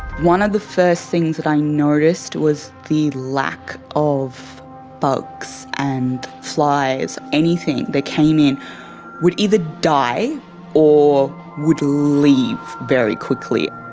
one of the first things i noticed was the lack of bugs and flies. anything that came in would either die or would leave very quickly.